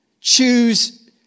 choose